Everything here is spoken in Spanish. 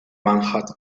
manhattan